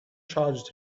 charged